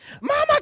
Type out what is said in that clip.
Mama